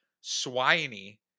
Swiney